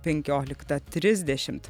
penkioliktą trisdešimt